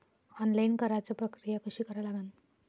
Online कराच प्रक्रिया कशी करा लागन?